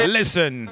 listen